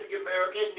American